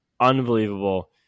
unbelievable